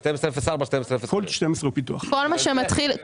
התוכניות שמתחילות